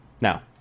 Now